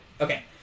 Okay